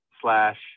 slash